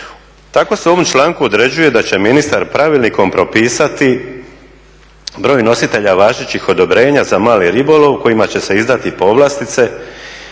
Tako se u ovom članku određuje da će ministar pravilnikom propisati broj nositelja važećih odobrenja za mali ribolov kojima će se izdati povlastice